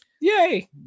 Yay